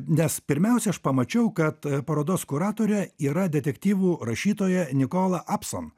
nes pirmiausia aš pamačiau kad parodos kuratorė yra detektyvų rašytoja nikola apson